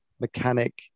mechanic